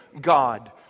God